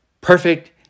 perfect